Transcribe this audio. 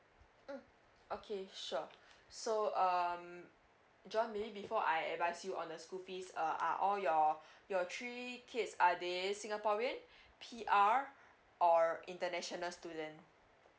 mm okay sure so um john maybe before I advise you on the school fees uh are all your your three kids are they singaporean P_R or international student